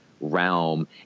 realm